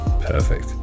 Perfect